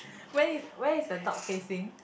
where where is the duck facing